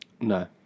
No